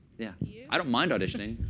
yeah yeah i don't mind auditioning.